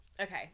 okay